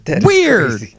weird